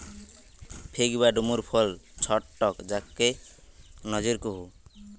fig বা ডুমুর ফল ছট্ট টক ফল যাকে নজির কুহু